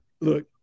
look